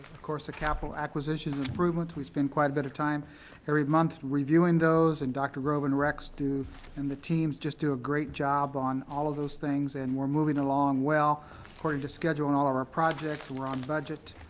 of course the capital acquisition improvement we spend quite a bit of time every month reviewing those, and dr. grove and rex and the teams just do a great job on all of those things and we're moving along well according to schedule on all of our projects. we're on budget.